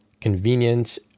convenient